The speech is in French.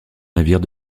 navire